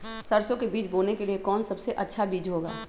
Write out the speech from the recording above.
सरसो के बीज बोने के लिए कौन सबसे अच्छा बीज होगा?